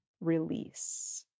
release